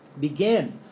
begin